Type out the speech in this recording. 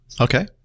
Okay